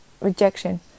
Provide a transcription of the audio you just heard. rejection